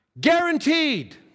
guaranteed